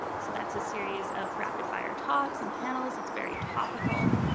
so that's a series of rapid-fire talks, some panels it's very topical,